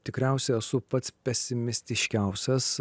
tikriausiai esu pats pesimistiškiausias